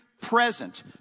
present